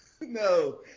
No